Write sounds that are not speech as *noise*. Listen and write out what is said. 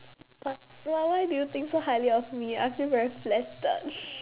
but !wah! why do you think so highly of me I feel very flattered *noise*